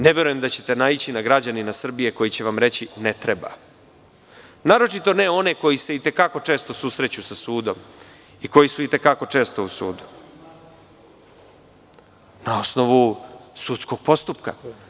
Ne verujem da ćete naići na građanina Srbije koji će vam reći – ne treba, a naročito ne one koji se i te kako često susreću sa sudom i koji su i te kako često u sudu. (Borislav Stefanović, s mesta: Kako ćemo znati?) Na osnovu sudskog postupka.